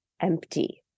empty